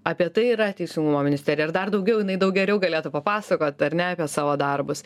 apie tai yra teisingumo ministerija ir dar daugiau jinai daug geriau galėtų papasakot ar ne savo darbus